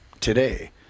today